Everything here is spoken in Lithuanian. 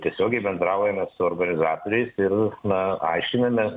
tiesiogiai bendraujame su organizatoriais ir na aiškinamės